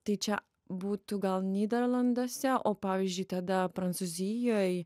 tai čia būtų gal nyderlanduose o pavyzdžiui tada prancūzijoj